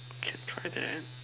can try that